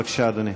בבקשה, אדוני.